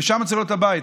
ושם צריך להיות הבית.